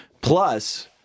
Plus